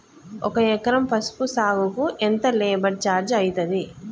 ఒక ఎకరం పసుపు సాగుకు ఎంత లేబర్ ఛార్జ్ అయితది?